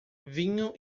vinho